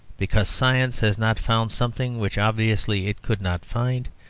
because science has not found something which obviously it could not find,